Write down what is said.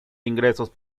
ingresos